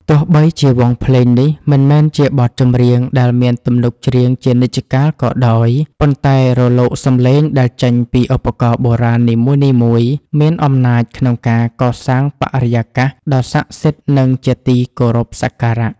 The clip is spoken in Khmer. ទោះបីជាវង់ភ្លេងនេះមិនមែនជាបទចម្រៀងដែលមានទំនុកច្រៀងជានិច្ចកាលក៏ដោយ ប៉ុន្តែរលកសម្លេងដែលចេញពីឧបករណ៍បុរាណនីមួយៗមានអំណាចក្នុងការកសាងបរិយាកាសដ៏ស័ក្តិសិទ្ធិ និងជាទីគោរពសក្ការៈ។